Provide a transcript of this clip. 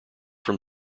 from